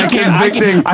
convicting